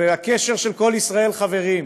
והקשר של כל ישראל חברים,